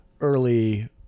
early